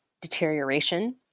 deterioration